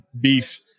beef